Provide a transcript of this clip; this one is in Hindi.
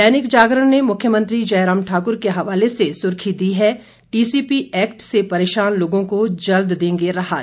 दैनिक जागरण ने मुख्यमंत्री जयराम ठाकुर के हवाले से सुर्खी दी है टीसीपी एक्ट से परेशान लोगों को जल्द देंगे राहत